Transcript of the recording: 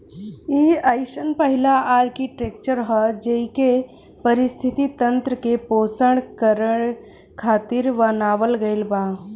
इ अइसन पहिला आर्कीटेक्चर ह जेइके पारिस्थिति तंत्र के पोषण करे खातिर बनावल गईल बा